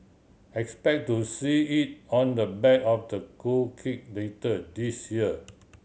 expect to see it on the back of the cool kid later this year